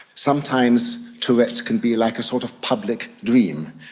sometimes tourette's can be like a sort of public dream.